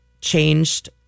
changed